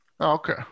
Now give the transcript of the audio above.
Okay